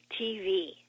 TV